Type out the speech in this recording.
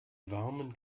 warmen